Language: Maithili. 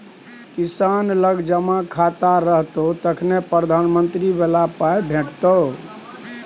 किसान लग जमा खाता रहतौ तखने प्रधानमंत्री बला पाय भेटितो